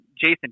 Jason